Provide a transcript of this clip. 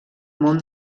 món